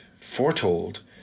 foretold